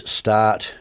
start